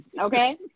Okay